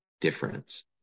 difference